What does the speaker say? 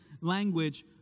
language